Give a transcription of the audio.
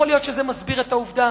יכול להיות שזה מסביר את העובדה